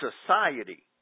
society